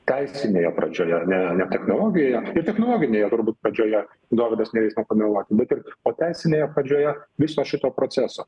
teisinėje pradžioje ar ne ne technologijoje ir technologinėje turbūt pradžioje dovydas neleis man pameluot bet ir o teisinėje pradžioje viso šito proceso